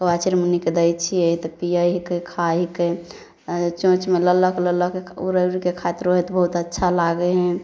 कौआ चिरमुन्नीके दै छियै तऽ पिए हिके खाए हिके आ जे चोँचमे लऽ लऽके लऽ लऽके ओकरा आरके खाइत रहै हइ तऽ बहुत अच्छा लागै हइ